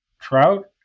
trout